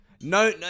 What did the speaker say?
no